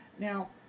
Now